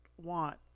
want